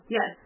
Yes